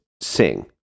sing